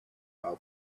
how